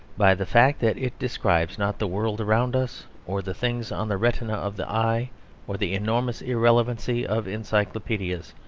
by the fact that it describes not the world around us or the things on the retina of the eye or the enormous irrelevancy of encyclopaedias,